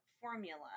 formula